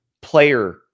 player